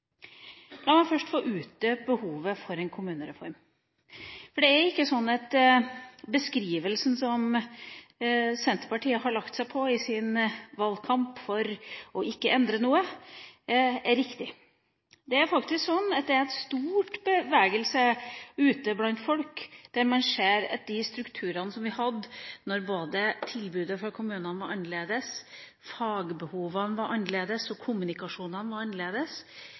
La meg først få utdype behovet for en kommunereform. Det er ikke sånn at beskrivelsen som Senterpartiet har lagt seg på i sin valgkamp for ikke å endre noe, er riktig. Det er faktisk sånn at det er stor bevegelse ute blant folk, der man ser de strukturene som vi hadde da både tilbudet fra kommunene var annerledes, fagbehovene var annerledes, og kommunikasjonen var annerledes.